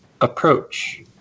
approach